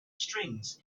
strings